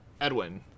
edwin